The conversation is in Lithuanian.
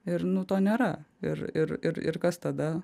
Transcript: ir nu to nėra ir ir ir ir kas tada